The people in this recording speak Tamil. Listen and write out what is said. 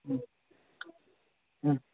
ம் ம்